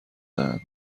دهند